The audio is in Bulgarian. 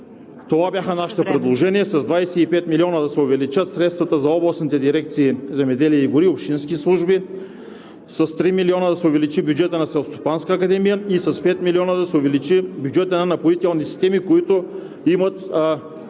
това бяха нашите предложения. С 25 милиона да се увеличат средствата за областните дирекции „Земеделие и гори“, общински служби; с 3 милиона да се увеличи бюджетът на Селскостопанската академия; и с 5 милиона да се увеличи бюджетът на „Напоителни системи“, които имат